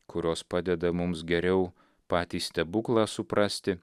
kurios padeda mums geriau patį stebuklą suprasti